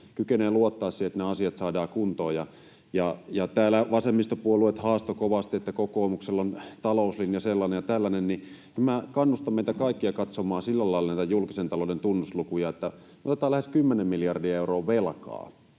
kykenevät luottamaan siihen, että nämä asiat saadaan kuntoon. Kun täällä vasemmistopuolueet haastoivat kovasti, että kokoomuksella on talouslinja sellainen ja tällainen, niin minä kannustan meitä kaikkia katsomaan sillä lailla näitä julkisen talouden tunnuslukuja, että kun me otetaan lähes kymmenen miljardia euroa velkaa,